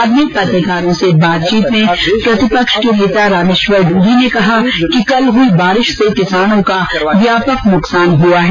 बाद में पत्रकारों से बातचीत में प्रतिपक्ष के नेता रामेश्वर डूडी ने कहा कि कल हुई बारिश से किसानों का व्यापक नुकसान हआ है